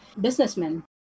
businessmen